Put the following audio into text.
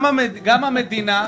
גם המדינה,